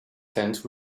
tent